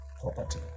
property